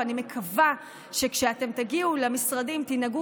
ואני מקווה שכשאתם תגיעו למשרדים תנהגו